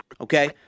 Okay